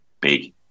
big